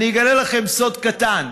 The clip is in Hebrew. אני אגלה לכם סוד קטן: